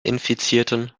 infizierten